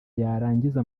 yarangiza